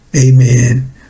amen